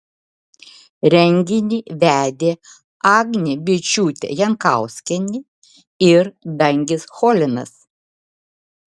renginį vedė agnė byčiūtė jankauskienė ir dangis cholinas